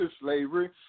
slavery